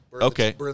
Okay